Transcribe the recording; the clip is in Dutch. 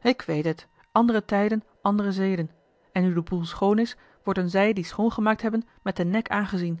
ik weet het andere tijden andere zeden en nu de boel schoon is worden zij die schoongemaakt hebben met den nek aangezien